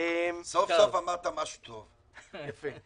סוף-סוף אמרת משהו טוב ונכון.